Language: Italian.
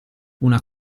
una